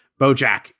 BoJack